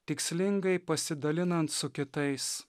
tikslingai pasidalinant su kitais